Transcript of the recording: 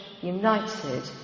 united